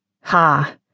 ha